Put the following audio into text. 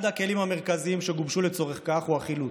אחד הכלים המרכזיים שגובשו לצורך כך הוא החילוט,